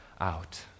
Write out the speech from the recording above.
out